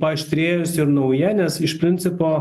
paaštrėjusi ir nauja nes iš principo